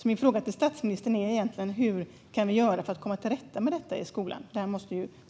Min fråga till statsministern är: Hur kan vi göra för att komma till rätta med detta i skolan?